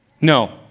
No